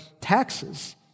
taxes